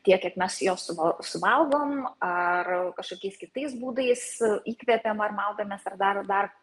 tiek kiek mes jo suva suvalgom ar kažkokiais kitais būdais įkvepiam ar maudomės ar dar ar dar